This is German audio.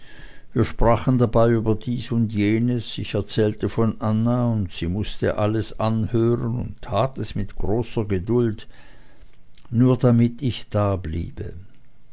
wir sprachen dabei über dies und jenes ich erzählte viel von anna und sie mußte alles anhören und tat es mit großer geduld nur damit ich dabliebe